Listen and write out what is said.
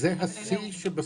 השיא שבשיא.